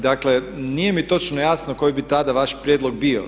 Dakle, nije mi točno jasno koji bi tada vaš prijedlog bio.